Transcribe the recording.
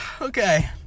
Okay